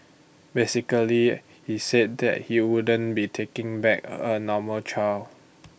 basically he said that he wouldn't be taking back A normal child